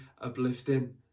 uplifting